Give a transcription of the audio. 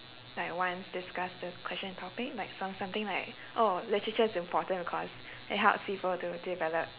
like once discussed the question topic like some~ something like oh literature is important cause it helps people to develop